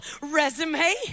resume